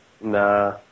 nah